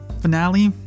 finale